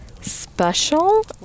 special